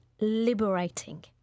liberating